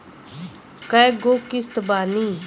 कय गो किस्त बानी?